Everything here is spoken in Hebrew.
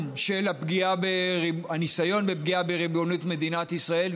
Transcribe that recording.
של הניסיון לפגיעה בריבונות מדינת ישראל,